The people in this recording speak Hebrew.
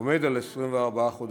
עומד על 24 חודשים.